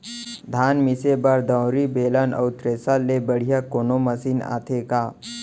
धान मिसे बर दंवरि, बेलन अऊ थ्रेसर ले बढ़िया कोनो मशीन आथे का?